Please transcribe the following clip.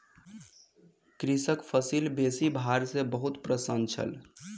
कृषक फसिल बेसी भार सॅ बहुत प्रसन्न छल